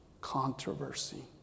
controversy